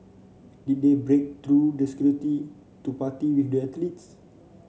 did they break through the security to party with the athletes